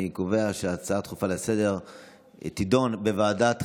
אני קובע שההצעה הדחופה לסדר-היום תידון בוועדת החינוך,